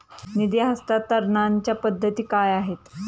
निधी हस्तांतरणाच्या पद्धती काय आहेत?